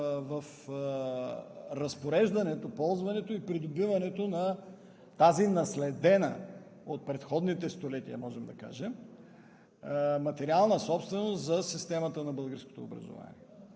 в разпореждането, ползването и придобиването на тази наследена от предходните столетия, можем да кажем, материална собственост за системата на българското образование.